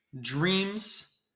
Dreams